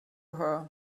her